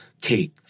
cake